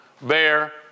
bear